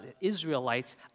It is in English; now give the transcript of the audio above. Israelites